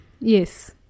yes